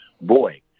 boy